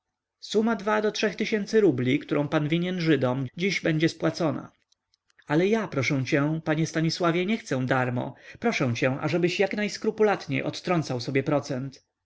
suma dwa do trzech tysięcy rubli którą pan winien żydom dziś będzie spłacona ale ja proszę cię panie stanisławie nie chcę darmo proszę cię ażebyś jak najskrupulatniej odtrącał sobie procent